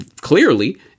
clearly